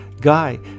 Guy